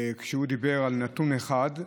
שדיבר על נתון אחד,